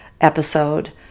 episode